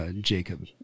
Jacob